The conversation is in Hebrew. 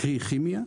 קרי, כימיה.